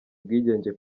ubwigenge